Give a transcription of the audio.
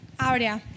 Aurea